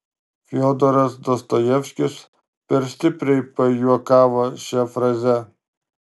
fiodoras dostojevskis per stipriai pajuokavo šia fraze